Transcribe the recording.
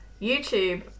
YouTube